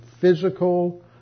physical